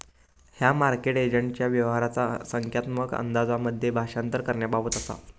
ह्या मार्केट एजंटच्या व्यवहाराचा संख्यात्मक अंदाजांमध्ये भाषांतर करण्याबाबत असा